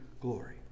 glory